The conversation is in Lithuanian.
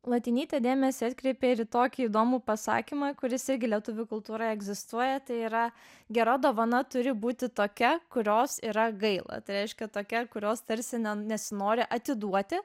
latinytė dėmesį atkreipė ir į tokį įdomų pasakymą kuris irgi lietuvių kultūroje egzistuoja tai yra gera dovana turi būti tokia kurios yra gaila tai reiškia tokia kurios tarsi ne nesinori atiduoti